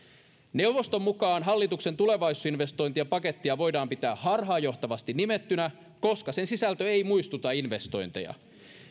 neuvoston mukaan hallituksen tulevaisuusinvestointien pakettia voidaan pitää harhaanjohtavasti nimettynä koska sen sisältö ei muistuta investointeja